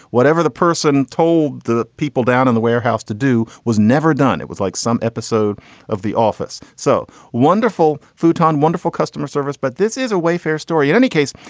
whatever the person told the people down in the warehouse to do was never done. it was like some episode of the office. so wonderful futon wonderful customer service. but this is a wayfair story in any case.